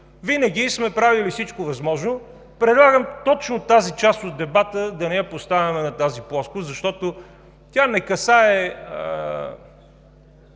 винаги сме правили всичко възможно. Предлагам точно тази част от дебата да не я поставяме на тази плоскост, защото тя не касае